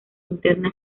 interna